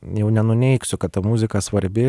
jau nenuneigsiu kad ta muzika svarbi